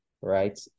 right